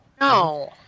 no